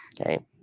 okay